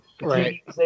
Right